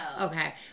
Okay